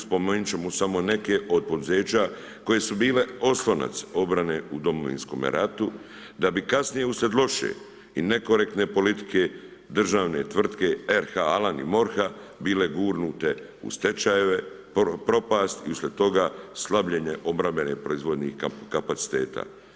Spomenuti ćemo samo neke od poduzeća koje su bile oslonac obrane u Domovinskome ratu da bi kasnije uslijed loše i nekorektne politike državne tvrtke RH Alan i MORH-a bile gurnute u stečajeve, propast i uslijed toga slabljenje obrambene proizvodnje i kapaciteta.